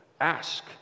ask